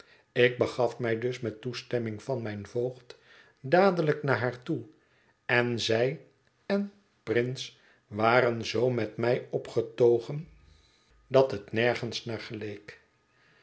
ik begaf mij dus met toestemming van mijn voogd dadelijk naar haar toe en zij en prince waren zoo met mij opgetogen dat het nergens naar geleek